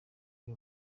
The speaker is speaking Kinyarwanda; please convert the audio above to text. uri